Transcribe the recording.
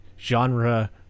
Genre